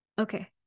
okay